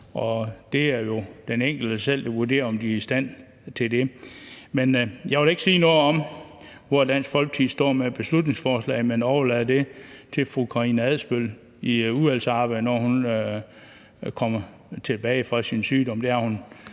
Det er jo den enkelte selv, der vurderer, om vedkommende er i stand til det. Men jeg vil ikke sige noget om, hvor Dansk Folkeparti står med beslutningsforslaget, men overlade det til fru Karina Adsbøl i udvalgsarbejdet, når hun kommer tilbage fra sin sygdom.